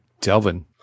Delvin